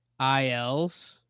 ILs